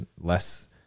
less